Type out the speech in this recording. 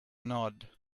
nod